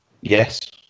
Yes